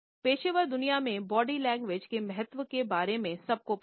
पेशेवर दुनिया में बॉडी लैंग्वेज के महत्व के बारे में सबको पता हैं